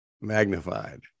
magnified